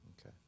Okay